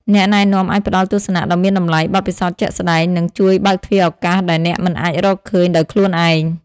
អ្នកណែនាំអាចផ្តល់ទស្សនៈដ៏មានតម្លៃ បទពិសោធន៍ជាក់ស្តែង និងជួយបើកទ្វារឱកាសដែលអ្នកមិនអាចរកឃើញដោយខ្លួនឯង។